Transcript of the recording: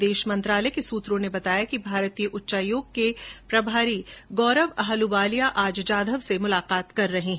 विदेश मंत्रालय के सूत्रों ने बताया कि भारतीय उच्चायोग के प्रभारी गौरव अहलूवालिया आज जाधव से मिल रहे हैं